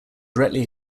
directly